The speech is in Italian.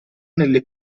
nelle